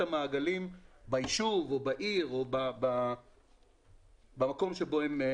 המעגלים בישוב או בעיר או במקום בו הם נמצאים.